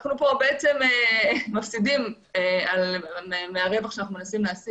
אנחנו בעצם מפסידים מהרווח שאנחנו מנסים להשיג